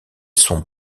sont